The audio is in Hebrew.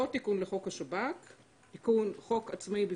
לא תיקון לחוק השב"כ אלא חוק עצמאי,